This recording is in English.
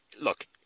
look